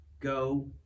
Go